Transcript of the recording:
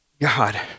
God